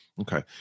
Okay